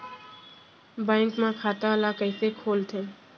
Bank म खाता ल कइसे खोलथे?